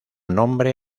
nombre